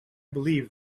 believe